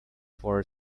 for